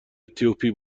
اتیوپی